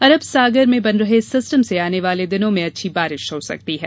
अरब सागर में बन रहे सिस्टम से आने वाले दिनों में अच्छी बारिश हो सकती है